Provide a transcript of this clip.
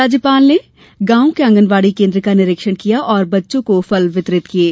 राज्यपाल ने गांव की आंगनवाड़ी केन्द्र का निरीक्षण किया और बच्चों को फल वितरित किये